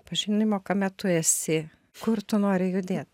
pažinimo kame tu esi kur tu nori judėt